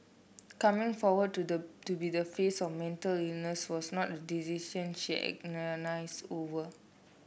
coming forward to the to be the face of mental illness was not a decision she agonise over